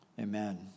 Amen